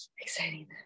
exciting